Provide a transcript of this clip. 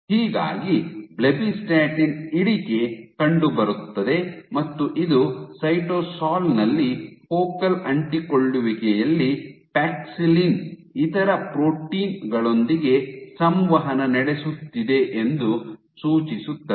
ಹೀಗಾಗಿ ಬ್ಲೆಬಿಸ್ಟಾಟಿನ್ ಇಳಿಕೆ ಕಂಡುಬರುತ್ತದೆ ಮತ್ತು ಇದು ಸೈಟೋಸೊಲ್ ನಲ್ಲಿ ಫೋಕಲ್ ಅಂಟಿಕೊಳ್ಳುವಿಕೆಯಲ್ಲಿ ಪ್ಯಾಕ್ಸಿಲಿನ್ ಇತರ ಪ್ರೋಟೀನ್ ಗಳೊಂದಿಗೆ ಸಂವಹನ ನಡೆಸುತ್ತಿದೆ ಎಂದು ಸೂಚಿಸುತ್ತದೆ